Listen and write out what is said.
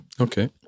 Okay